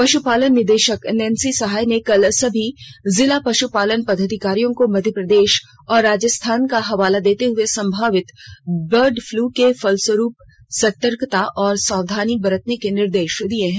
पशुपालन निदेशक नैंसी सहाय ने कल सभी जिला पशुपालन पदाधिकारियों को मध्य प्रदेश और राजस्थान का हवाला देते हुए संभावित बर्ड फ्लू के फलस्वरूप सतर्कता और सावधानी बरतने के निर्देश दिए हैं